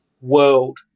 world